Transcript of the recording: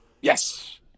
Yes